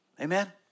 Amen